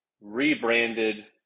rebranded